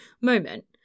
moment